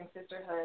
sisterhood